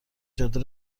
جاده